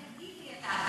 תגיד לי אתה.